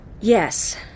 Yes